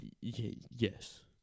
Yes